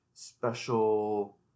special